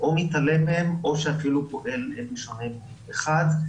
או מתעלם מהם או שאפילו פועל בשונה מהם: אחד,